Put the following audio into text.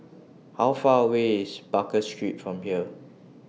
How Far away IS Baker Street from here